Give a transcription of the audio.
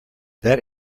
that